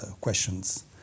questions